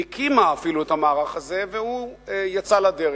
והיא אפילו הקימה את המערך הזה והוא יצא לדרך.